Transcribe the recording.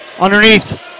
Underneath